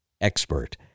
expert